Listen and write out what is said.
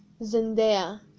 Zendaya